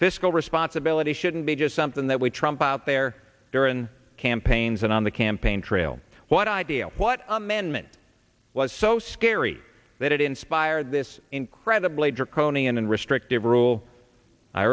fiscal responsibility shouldn't be just something that we trump out there during campaigns and on the campaign trail what idea what amendment was so scary that it inspired this incredibly draconian and restrictive rule i